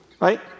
right